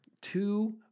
Two